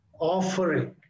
offering